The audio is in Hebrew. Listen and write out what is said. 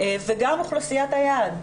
וגם אוכלוסיית היעד,